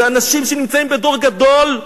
זה אנשים שנמצאים בדור גדול,